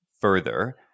further